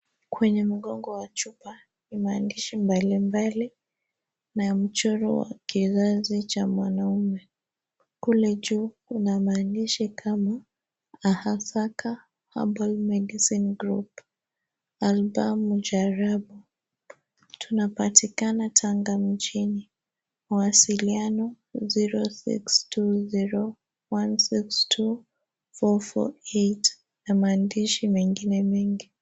Kwenye mgongo wa chupa, ni maandishi mbalimbali na wa mchoro wa kizazi cha mwanaume. Kule juu, kuna maandishi kama Ahasaka Herbal Medicine Group, Albaa Mujarrabu. Tunapatikana Tanga mjini. Mawasiliano 0620162448 na maandishi mengine mengi.